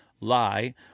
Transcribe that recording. lie